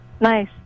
Nice